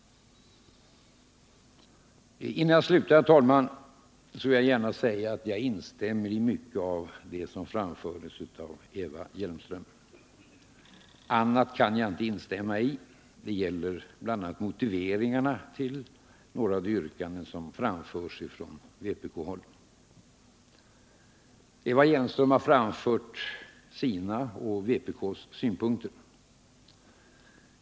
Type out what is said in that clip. Innan jag slutar vill jag gärna säga att jag instämmer i mycket av det som framfördes av Eva Hjelmström. Annat kan jag inte instämma i. Det gäller bl.a. motiveringarna till några av de yrkanden som framförs från vpkhåll. Eva Hjelmström har framfört sina och vpk:s synpunkter.